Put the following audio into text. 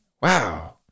Wow